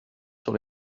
sur